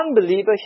unbeliever